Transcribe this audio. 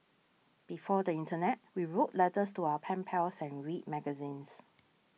before the internet we wrote letters to our pen pals and read magazines